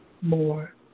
more